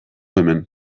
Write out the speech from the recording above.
hemen